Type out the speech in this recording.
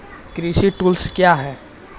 कृषि टुल्स क्या हैं?